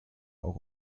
auch